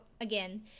again